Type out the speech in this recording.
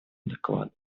доклада